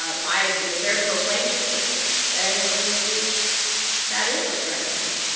ah my you know, they're proclaimed faith that i don't really think that is what drives them